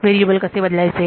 variable कसे बदलायचे